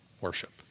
Worship